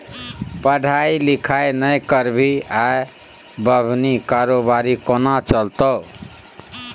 पढ़ाई लिखाई नहि करभी आ बनभी कारोबारी कोना चलतौ